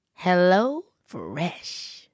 HelloFresh